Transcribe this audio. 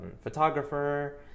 photographer